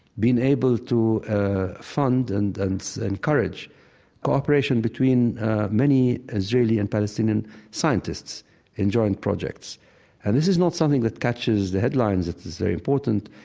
been able to fund and and encourage cooperation between many israeli and palestinian scientists in joint projects and this is not something that catches the headlines as very important,